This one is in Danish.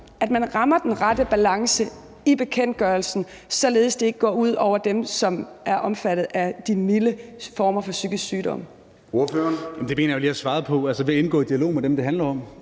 at man rammer den rette balance i bekendtgørelsen, således at det ikke går ud over dem, som har de milde former for psykisk sygdom.